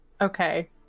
Okay